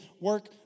work